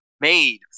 Made